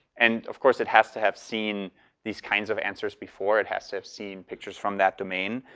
and of course, it has to have seen these kinds of answers before. it has to have seen pictures from that domain.